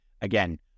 Again